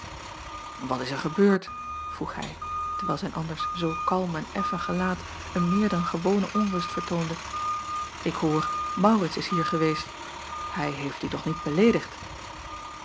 at is er gebeurd vroeg hij terwijl zijn anders zoo kalm en effen gelaat een meer dan gewone onrust vertoonde ik hoor aurits is hier geweest hij heeft u toch niet beleedigd